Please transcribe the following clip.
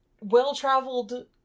well-traveled